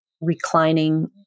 reclining